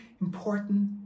important